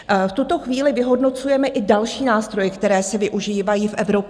V tuto chvíli vyhodnocujeme i další nástroje, které se využívají v Evropě.